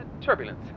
turbulence